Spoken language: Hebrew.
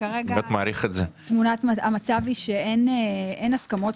תמונת המצב היא שאין הסכמות.